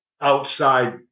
outside